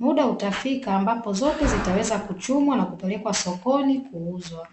Mda utafika ambapo zote zitaweza kuchumwa na kupelekwa sokoni kuuzwa.